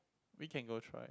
we can go try